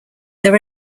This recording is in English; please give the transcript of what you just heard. there